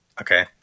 Okay